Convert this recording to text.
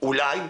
אולי.